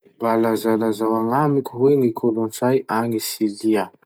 Mba lazalazao agnamiko hoe ny kolotsay agny Silia?